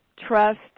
Trust